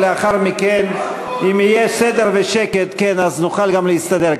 לאחר מכן, אם יהיו סדר ושקט, נוכל גם להסתדר.